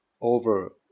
over